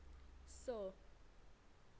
स